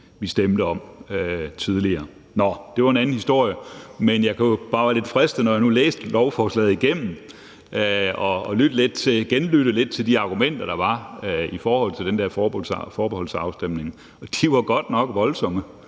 vi stemte om tidligere. Nå, det er en anden historie, men da jeg læste lovforslaget igennem, blev jeg lidt fristet til at genlytte til de argumenter, der var om den der forbeholdsafstemning, og de var godt nok voldsomme